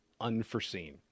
unforeseen